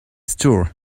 store